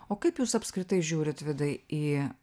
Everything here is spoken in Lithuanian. o kaip jūs apskritai žiūrit vidai į